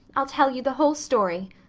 i'll tell you the whole story.